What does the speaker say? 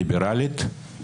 ליברלית,